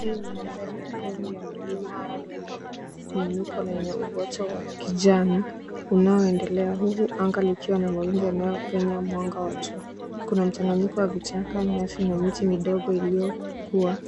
Hii ni madhari ya mlima au eneo la miinuko lenye uboto wa kijami. Unaoendelea huku, anga likiwa na mawingu yanayo penya mwanga wajua. Kuna mchanganyiko wa vichaka, nyasi miti midogo iliyokuwa